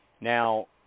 Now